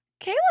Kayla